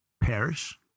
perish